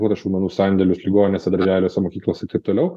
duoda šaudmenų į sandėlius ligoninėse darželiuose mokyklose ir taip toliau